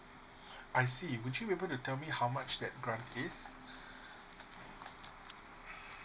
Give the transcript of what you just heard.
I see would you able to tell me how much that grants is